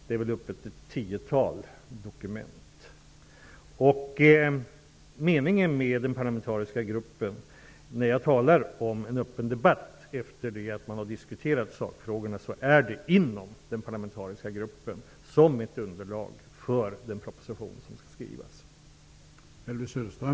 Det rör sig om ett tiotal dokument. När jag talar om en öppen debatt efter det att sakfrågorna har diskuterats, avser jag att den skall hållas inom den parlamentariska gruppen och utgöra ett underlag inför den proposition som skall tas fram.